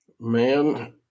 Man